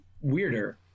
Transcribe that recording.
weirder